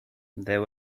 there